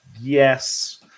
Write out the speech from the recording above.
Yes